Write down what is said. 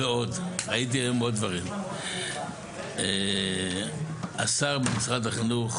ועוד ראייתי היום עוד דברים, השר במשרד החינוך